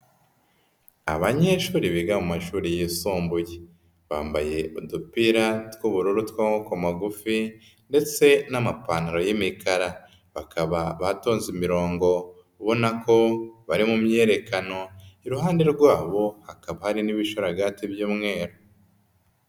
Abanyeshuri biga mu mashuri yisumbuye bambaye udupira tw'ubururu tw'amaboko magufi ndetse n'amapantaro y'imikara, bakaba batonze imirongo ubona ko bari mu myiyerekano, iruhande rwabo hakaba hari n'ibisharagati by'umweru.